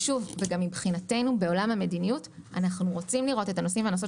גם מבחינתנו בעולם המדיניות אנחנו רוצים לראות את הנוסעים והנוסעות